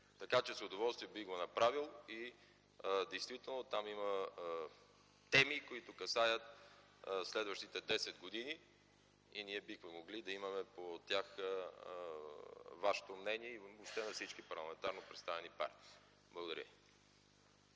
Така че с удоволствие бих го направил. Там има теми, които касаят следващите десет години и ние бихме могли да имаме по тях вашето мнение – въобще на всички парламентарно представени партии. Благодаря